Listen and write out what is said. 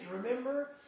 Remember